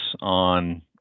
on